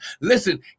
Listen